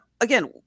again